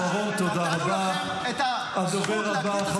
נתנו לכם את הזכות להגדיר את עצמכם ברצועת עזה,